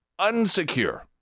unsecure